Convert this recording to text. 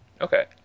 Okay